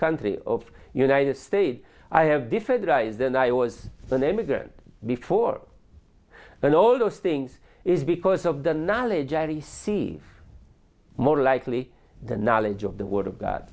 country of united states i have different rise and i was an immigrant before and all those things is because of the knowledge i receive more likely the knowledge of the word of god